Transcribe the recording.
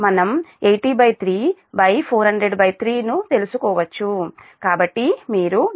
మనం ను తెలుసుకోవచ్చు కాబట్టి మీరు 0 11